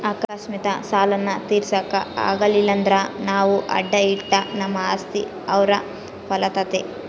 ಅಕಸ್ಮಾತ್ ಸಾಲಾನ ತೀರ್ಸಾಕ ಆಗಲಿಲ್ದ್ರ ನಾವು ಅಡಾ ಇಟ್ಟ ನಮ್ ಆಸ್ತಿ ಅವ್ರ್ ಪಾಲಾತತೆ